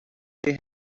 they